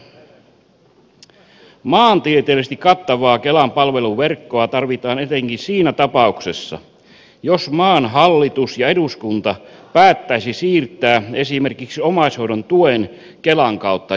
maantieteellisesti kattavaa kelan palveluverkkoa tarvitaan etenkin siinä tapauksessa jos maan hallitus ja eduskunta päättäisi siirtää esimerkiksi omaishoidon tuen kelan kautta järjestettäväksi